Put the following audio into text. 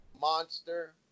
monster